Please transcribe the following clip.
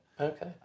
Okay